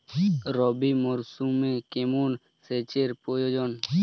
রবি মরশুমে কেমন সেচের প্রয়োজন?